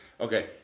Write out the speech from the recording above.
Okay